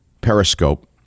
periscope